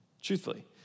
truthfully